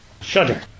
shudder